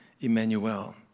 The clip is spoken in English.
Emmanuel